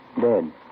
dead